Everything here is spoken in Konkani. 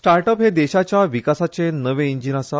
स्टार्ट अप हें देशाच्या विकासाचें नवें इंजीन आसा